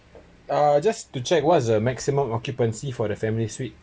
uh just to check what's the maximum occupancy for the family suite